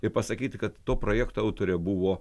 ir pasakyti kad to projekto autorė buvo